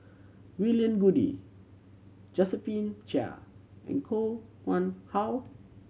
William Goode Josephine Chia and Koh Nguang How